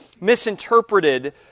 misinterpreted